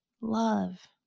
love